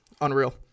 Unreal